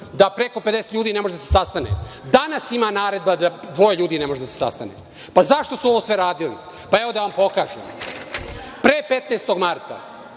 da preko 50 ljudi ne može da se sastane. Danas ima naredba da dvoje ljudi ne može da se sastane. Zašto su sve ovo radili? Evo, da vam pokažem. Pre 15. marta